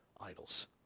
idols